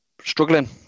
Struggling